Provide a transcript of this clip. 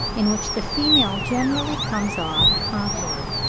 in which the female generally comes off conqueror.